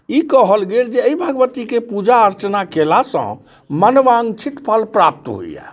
ई कहल गेल जे अइ भगवतीके पूजा अर्चना केलासँ मनवाञ्छित फल प्राप्त होइए